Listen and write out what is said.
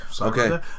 Okay